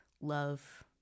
love